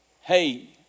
Hey